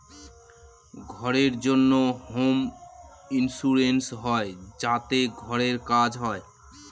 ঘরের জন্য home insurance হয় যাতে ঘরের কাজ হয়